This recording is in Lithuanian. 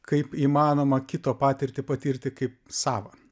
kaip įmanoma kito patirtį patirti kaip savą